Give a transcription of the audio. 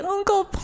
Uncle